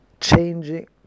changing